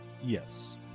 Yes